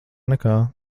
nekā